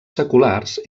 seculars